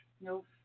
Nope